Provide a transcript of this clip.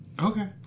Okay